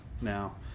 now